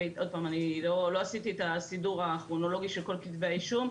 אני לא עשיתי את הסידור הכרונולוגי של כל כתבי האישום.